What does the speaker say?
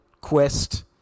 quest